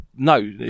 No